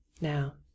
Now